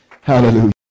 Hallelujah